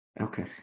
Okay